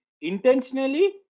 intentionally